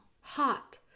hot